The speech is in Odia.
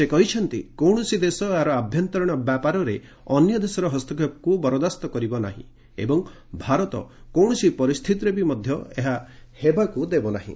ସେ କହିଛନ୍ତି କୌଣସି ଦେଶ ଏହାର ଆଭ୍ୟନ୍ତରୀଣ ବ୍ୟାପାରରେ ଅନ୍ୟ ଦେଶର ହସ୍ତକ୍ଷେପକୁ ବରଦାସ୍ତ କରିବ ନାହିଁ ଏବଂ ଭାରତ କୌଣସି ପରିସ୍ଥିତିରେ ମଧ୍ୟ ଏହା ହେବାକୁ ଦେବ ନାହିଁ